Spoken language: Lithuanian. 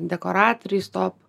dekoratoriais top